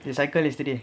the cyclist today